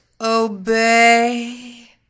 obey